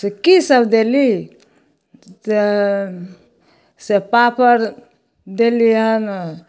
तऽ कीसब देली तऽ से पापड़ देली हन